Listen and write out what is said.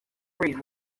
freeze